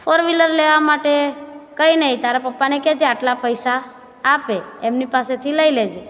four wheeler લેવા માટે કંઈ નહીં તારા પપ્પાને કહેજે આટલા પૈસા આપે એમની પાસેથી લઈ લેજે